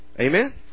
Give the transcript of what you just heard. Amen